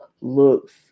looks